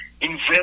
Invest